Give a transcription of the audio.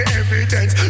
evidence